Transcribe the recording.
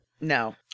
no